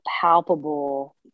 palpable